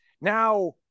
now